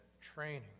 training